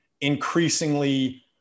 increasingly